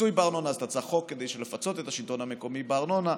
פיצוי בארנונה אז אתה צריך חוק כדי לפצות את השלטון המקומי בארנונה,